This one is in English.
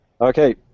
Okay